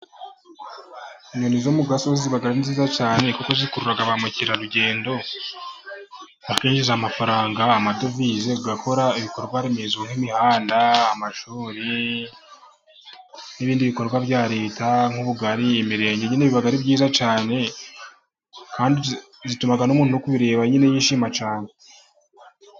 Inyoni zo mu gasozi ziba ari nziza cyane, kuko zikururara ba mukerarugendo, bakinjiza amafaranga amadovize agakora ibikorwaremezo nk'imihanda, amashuri n'ibindi bikorwa bya leta, nk'ubugari, imirenge kandi biba ari byiza cyane bituma n'umuntu uri kubireba nyine yishima cyane.